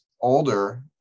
older